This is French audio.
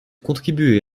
contribuer